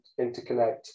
interconnect